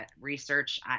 research